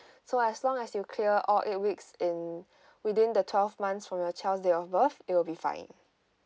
so as long as you clear all eight weeks in within the twelve months from your child's date of birth it will be fine